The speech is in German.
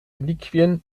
reliquien